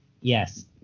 Yes